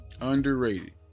Underrated